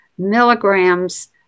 milligrams